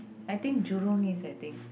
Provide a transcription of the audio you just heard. I think Jurong-East I think